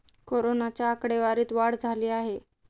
कोरोनाच्या आकडेवारीत वाढ झाली आहे